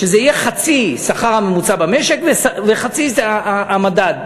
שזה יהיה חצי השכר הממוצע במשק וחצי המדד.